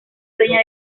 dueña